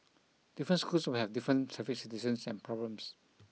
different schools will have different traffic situations and problems